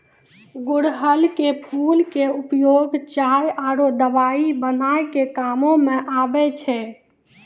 गुड़हल के फूल के उपयोग चाय आरो दवाई बनाय के कामों म आबै छै